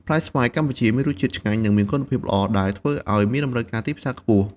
ផ្លែស្វាយកម្ពុជាមានរសជាតិឆ្ងាញ់ និងមានគុណភាពល្អ ដែលធ្វើឲ្យមានតម្រូវការទីផ្សារខ្ពស់។